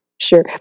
Sure